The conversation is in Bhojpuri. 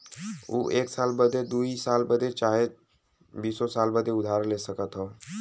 ऊ एक साल बदे, दुइ साल बदे चाहे बीसो साल बदे उधार ले सकत हौ